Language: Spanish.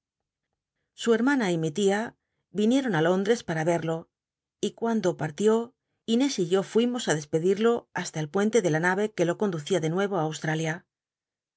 su hermana y nti tia vinieton ti lóndrcs para verlo y cuando partió inés y yo fuimos á despedirlo hasta el puente de la naye que lo conducía de nueyo á ausllalia